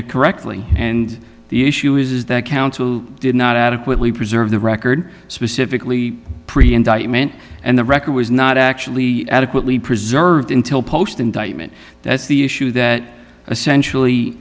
it correctly and the issue is that counsel did not adequately preserve the record specifically pre indictment and the record was not actually adequately preserved until post indictment that's the issue that essentially